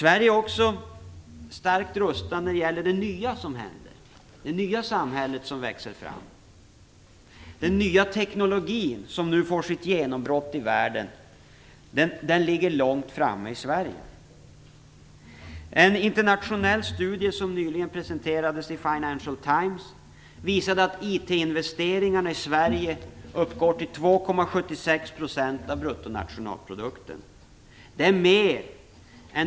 Sverige är också starkt rustat när det gäller det nya samhälle som växer fram. Den nya teknologi som nu får sitt genombrott i världen ligger långt framme i Sverige.